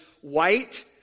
white